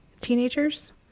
teenagers